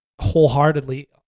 wholeheartedly